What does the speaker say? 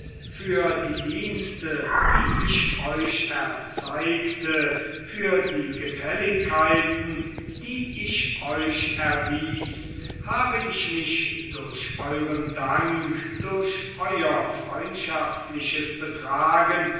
für die dienste die ich euch erzeigte für die gefälligkeiten die ich euch erwies habe ich mich durch euren dank durch euer freundschaftliches betragen